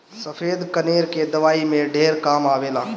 सफ़ेद कनेर के दवाई में ढेर काम आवेला